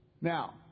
Now